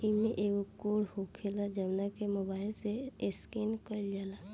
इमें एगो कोड होखेला जवना के मोबाईल से स्केन कईल जाला